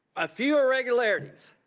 a few irregularities.